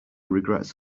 regrets